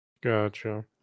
Gotcha